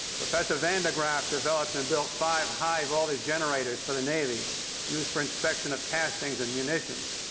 professor van de graaff developed and built five high-voltage generators for the navy used for inspection of castings and munitions.